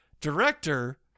director